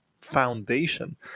foundation